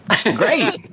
Great